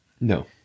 No